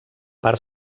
part